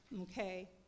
okay